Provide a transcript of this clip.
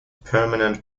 permanent